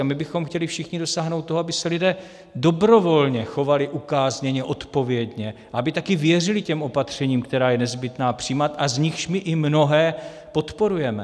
A my bychom chtěli všichni dosáhnout toho, aby se lidé dobrovolně chovali ukázněně, odpovědně, aby také věřili těm opatřením, která je nezbytné přijímat a z nichž my i mnohé podporujeme.